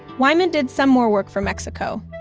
wyman did some more work for mexico,